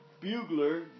bugler